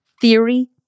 Theory